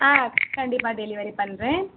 ஆ கண்டிப்பாக டெலிவரி பண்ணுறேன்